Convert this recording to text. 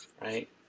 right